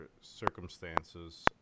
circumstances